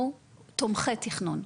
סליחה, אני אבהיר, אנחנו תומכי תכנון.